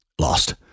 lost